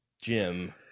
Jim